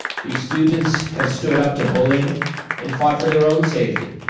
these students have stood up to bullying and fought for their own safety,